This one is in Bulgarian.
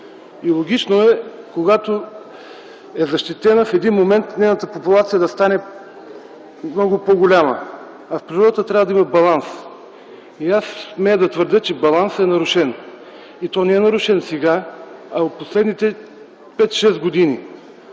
– логично е, когато е защитена, в един момент нейната популация да стане много по-голяма. В природата трябва да има баланс и аз смея да твърдя, че балансът е нарушен. И то не е нарушен сега, а в последните 5 6 години.